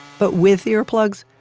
but with earplugs,